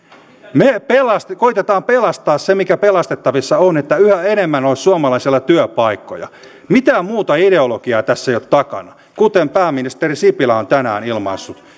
me koetamme pelastaa sen mikä pelastettavissa on että yhä enemmän olisi suomalaisilla työpaikkoja mitään muuta ideologiaa tässä ei ole takana kuten pääministeri sipilä on tänään ilmaissut niin